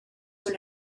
were